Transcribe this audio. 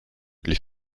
les